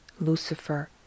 Lucifer